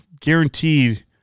guaranteed